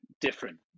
different